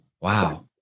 Wow